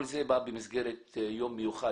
כל זה בא במסגרת יום מיוחד,